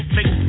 Make